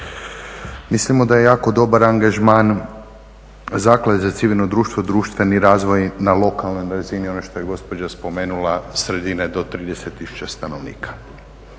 Mislimo da je jako dobar angažman Zaklade za civilno društvo, društveni razvoj na lokalnoj razini ono što je gospođa spomenula sredine do 30000 stanovnika.